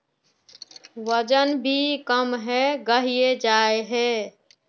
वजन भी कम है गहिये जाय है?